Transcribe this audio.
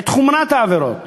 את חומרת העבירות.